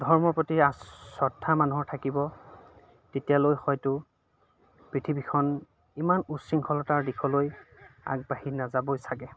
ধৰ্মৰ প্ৰতি আ শ্ৰদ্ধা মানুহৰ থাকিব তেতিয়ালৈ হয়তো পৃথিৱীখন ইমান উশৃংখলতাৰ দিশলৈ আগবাঢ়ি নাযাবই চাগে